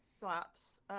slaps